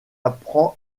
apprend